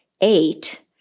eight